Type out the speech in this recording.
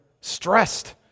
stressed